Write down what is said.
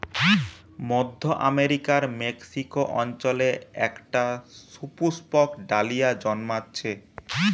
মধ্য আমেরিকার মেক্সিকো অঞ্চলে একটা সুপুষ্পক ডালিয়া জন্মাচ্ছে